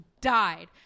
died